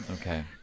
okay